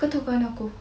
kau tahu kawan aku